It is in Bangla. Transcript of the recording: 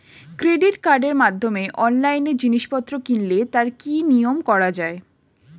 ক্রেডিট কার্ডের মাধ্যমে অনলাইনে জিনিসপত্র কিনলে তার কি নিয়মে করা যায়?